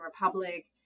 Republic